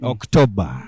October